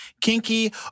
kinky